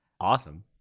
awesome